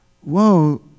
Whoa